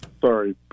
sorry